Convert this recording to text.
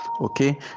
okay